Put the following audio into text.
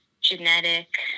genetic